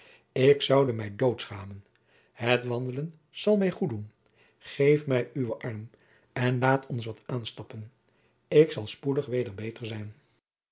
ik zoude mij dood schamen het wandelen zal mij goed doen geef mij uwen arm en laat ons wat aanstappen ik zal spoedig weder beter zijn